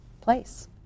place